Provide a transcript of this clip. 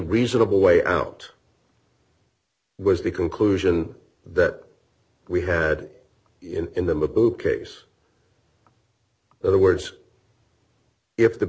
reasonable way out was the conclusion that we had in the mbutu case other words if the